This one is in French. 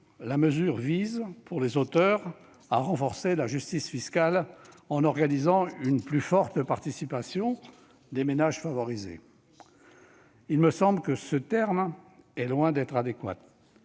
la mesure vise, selon ses auteurs, à renforcer la justice fiscale en organisant une plus forte participation des ménages « favorisés ». Ce terme est, me semble-t-il, loin d'être adéquat.